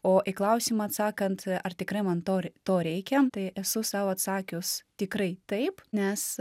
o į klausimą atsakant ar tikrai man to to reikia tai esu sau atsakius tikrai taip nes